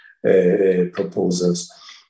proposals